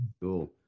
Cool